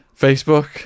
Facebook